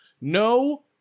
No